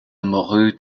mourut